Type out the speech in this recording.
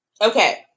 okay